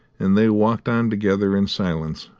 and they walked on together in silence,